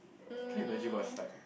can't imagine what's like